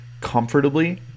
comfortably